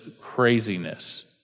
craziness